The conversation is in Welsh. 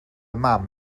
mam